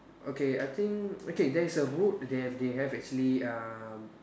okay I think okay there is a route they have they have actually um